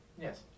Yes